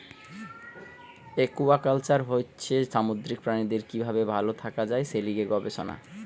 aquaculture হচ্ছে সামুদ্রিক প্রাণীদের কি ভাবে ভাল থাকা যায় সে লিয়ে গবেষণা